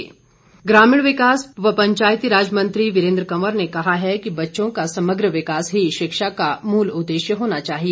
वीरेंद्र कंवर ग्रामीण विकास पंचायती राज मंत्री वीरेंद्र कंवर ने कहा है कि बच्चों का समग्र विकास ही शिक्षा का मूल उद्देश्य होना चाहिए